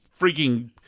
freaking